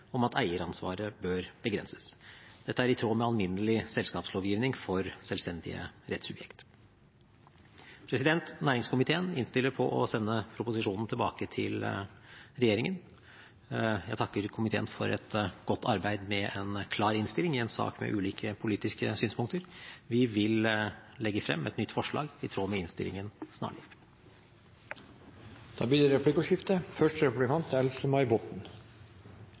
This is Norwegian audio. om at eieransvaret bør begrenses. Dette er i tråd med alminnelig selskapslovgivning for selvstendige rettssubjekt. Næringskomiteen innstiller på å sende proposisjonen tilbake til regjeringen. Jeg takker komiteen for et godt arbeid med en klar innstilling i en sak med ulike politiske synspunkter. Vi vil legge frem et nytt forslag i tråd med innstillingen snarlig. Det blir replikkordskifte. Det